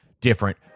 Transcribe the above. different